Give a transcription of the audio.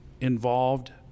involved